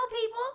people